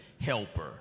helper